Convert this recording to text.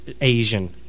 Asian